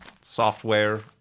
software